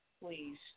please